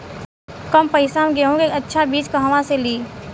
कम पैसा में गेहूं के अच्छा बिज कहवा से ली?